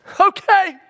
okay